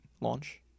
launch